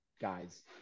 guys